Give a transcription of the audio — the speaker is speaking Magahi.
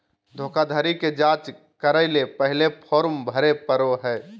धोखाधड़ी के जांच करय ले पहले फॉर्म भरे परय हइ